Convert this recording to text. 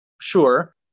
Sure